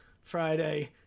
Friday